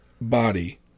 body